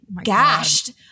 gashed